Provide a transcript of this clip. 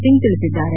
ಸಿಂಗ್ ತಿಳಿಸಿದ್ದಾರೆ